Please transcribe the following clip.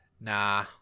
Nah